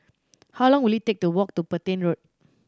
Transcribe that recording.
how long will it take to walk to Petain Road